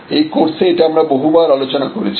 এই কোর্সে এটা আমরা বহুবার আলোচনা করেছি